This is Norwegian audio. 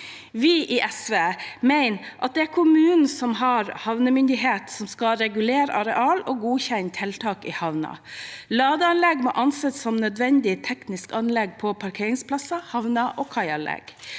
Vi i SV mener at det er kommunen som har havnemyndighet, som skal regulere areal og godkjenne tiltak i havnen. Ladeanlegg må anses som et nødvendig teknisk anlegg på parkeringsplasser, havner og kaianlegg.